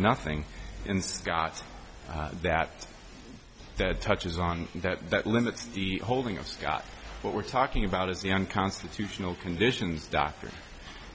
nothing in scott's that that touches on that that limits the holding of scott what we're talking about is the unconstitutional conditions doctor